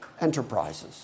enterprises